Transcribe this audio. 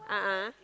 a'ah